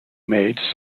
made